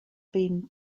been